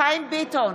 חיים ביטון,